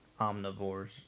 omnivores